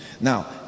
Now